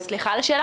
סליחה, מה השאלה?